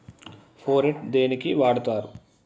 Phorate దేనికి వాడుతరు?